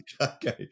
Okay